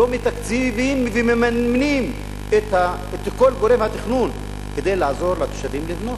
לא מתקצבים ומממנים את כל גורם התכנון כדי לעזור לתושבים לבנות.